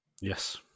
Yes